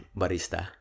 barista